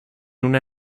una